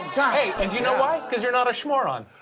yeah hey, and you know why? cause you're not a shmoron.